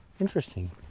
Interesting